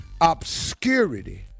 obscurity